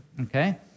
okay